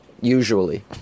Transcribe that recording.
Usually